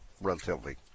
relatively